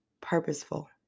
purposeful